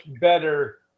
better